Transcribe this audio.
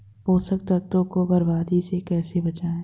पोषक तत्वों को बर्बादी से कैसे बचाएं?